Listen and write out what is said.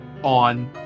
on